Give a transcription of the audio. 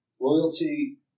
Loyalty